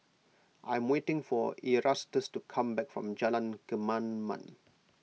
I am waiting for Erastus to come back from Jalan Kemaman